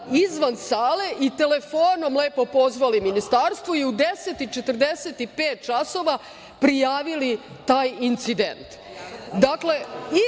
izvan sale i telefonom pozvali Ministarstvo i u 10.45 časova prijavili taj incident. Dakle,